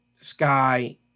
Sky